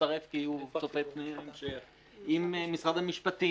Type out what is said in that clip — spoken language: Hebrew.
הצטרף כי הוא צופה פני ההמשך ועם משרד המשפטים.